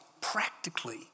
practically